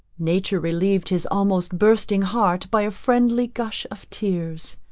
nature relieved his almost bursting heart by a friendly gush of tears.